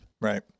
Right